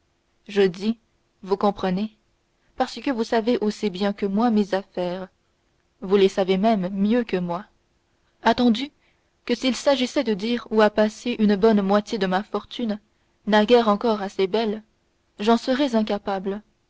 je dis vous comprenez parce que vous savez aussi bien que moi mes affaires vous les savez même mieux que moi attendu que s'il s'agissait de dire où a passé une bonne moitié de ma fortune naguère encore assez belle j'en serais incapable